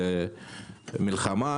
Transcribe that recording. זה מלחמה,